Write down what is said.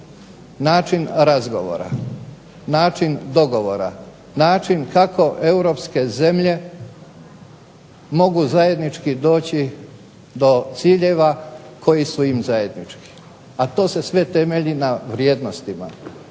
Način razgovora, način dogovora, način kako Europske zemlje mogu doći do ciljeva koji su im zajednički. A to se sve temelji na vrijednostima,